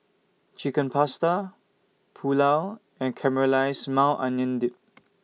Chicken Pasta Pulao and Caramelized Maui Onion Dip